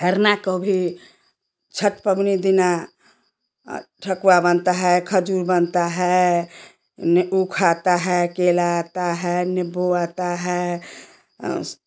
खरना को भी छठ पवनी दिन में ठकुआ बनता है खजूर बनता है ने ईख आता है केला आता है नींबू आता है ऑस